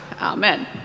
Amen